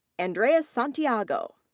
andres santiago.